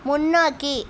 முன்னோக்கி